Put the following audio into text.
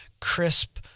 crisp